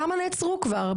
כמה נעצרו כבר?